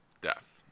death